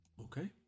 Okay